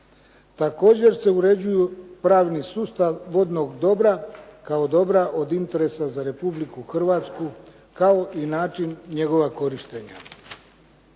Također se uređuju pravni sustav vodnog dobra, kao dobra od interesa za Republiku Hrvatsku, kao i način njegova korištenja.